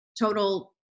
total